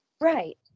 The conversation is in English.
Right